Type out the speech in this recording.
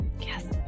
Yes